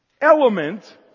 element